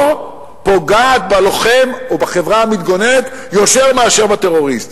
פוגעת בלוחם או בחברה המתגוננת יותר מאשר בטרוריסט.